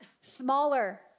smaller